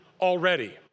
already